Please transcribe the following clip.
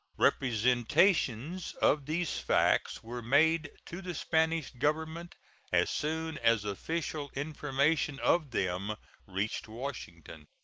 representations of these facts were made to the spanish government as soon as official information of them reached washington.